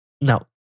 Now